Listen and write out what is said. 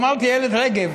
אמרתי איילת רגב.